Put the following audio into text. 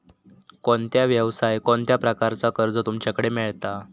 कोणत्या यवसाय कोणत्या प्रकारचा कर्ज तुमच्याकडे मेलता?